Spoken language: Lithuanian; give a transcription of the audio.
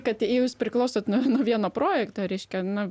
kad jūs priklausot nuo vieno projekto reiškia nu